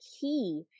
key